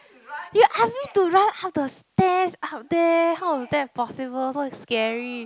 you ask me to run up the stairs up there how is that possible so scary